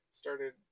started